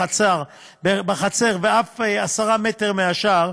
בחצר ואף 10 מטרים מהשער,